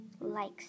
likes